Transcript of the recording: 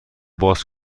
باز